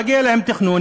מגיע להם תכנון.